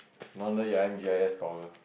no wonder you're M G I S scholar